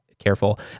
careful